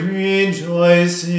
rejoice